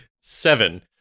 Seven